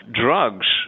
drugs